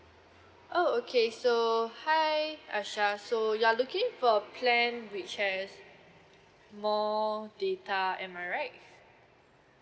oh okay so hi asha so you are looking for a plan which has more data am I right